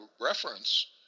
reference